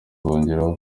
bongeraho